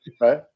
Right